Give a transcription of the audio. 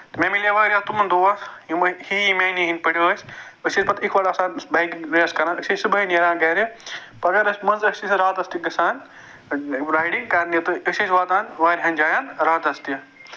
تہٕ مےٚ میلیو واریاہ تِم دوس یِم وۅنۍ ہِوِی میٛٲنی ہٕنٛدۍ پٲٹھۍ ٲس أسۍ ٲسۍ پَتہٕ یِکہٕ وَٹہٕ آسان بایکہِ ٲسۍ یہِ کَران أسۍ ٲسۍ صُبحٲے نیران گرِ مَگر مَنزٕ ٲسۍ أسۍ راتَس تہِ گژھان رایڈِنٛگ کَرنہِ تہٕ أسۍ ٲسۍ واتان واریاہَن جاین راتَس تہِ